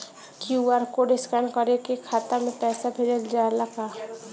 QR code scan करके खाता में पैसा भेजल जाला का?